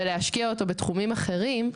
ולהשקיע אותו בתחומים אחרים,